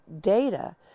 data